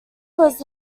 was